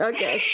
Okay